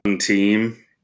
team